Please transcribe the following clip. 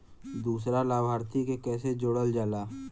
दूसरा लाभार्थी के कैसे जोड़ल जाला?